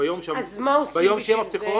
שביום שיהיו מפתחות -- אז מה עושים בשביל זה?